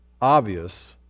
obvious